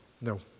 No